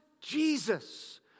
Jesus